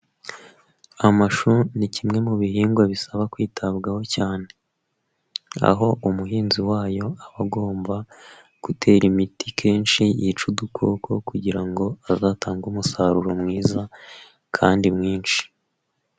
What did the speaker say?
Amashu ni kimwe mu bihingwa bisaba kwitabwaho cyane, aho umuhinzi wayo aba agomba, gutera imiti kenshi yica udukoko kugira ngo azatange umusaruro mwiza, kandi mwinshi.